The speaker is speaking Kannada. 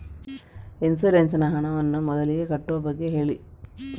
ಇನ್ಸೂರೆನ್ಸ್ ನ ಹಣವನ್ನು ಮೊದಲಿಗೆ ಕಟ್ಟುವ ಬಗ್ಗೆ ಹೇಳಿ